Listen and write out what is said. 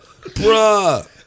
Bruh